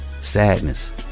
Sadness